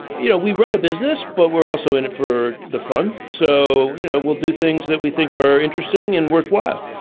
you know, we run a business, but we're also in it for the fun. so, you know, we'll do things that we think are interesting and worthwhile.